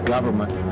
government